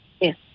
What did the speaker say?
Yes